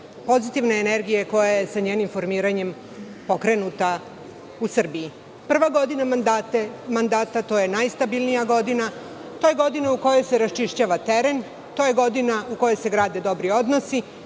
pozitivne energije koja je sa njenim formiranjem pokrenuta u Srbiji. Prva godina mandata je najstabilnija godina. To je godina u kojoj se raščišćava teren. To je godina u kojoj se grade dobri odnosi.